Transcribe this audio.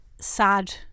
sad